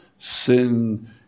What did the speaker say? Sin